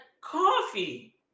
coffee